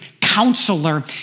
counselor